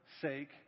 sake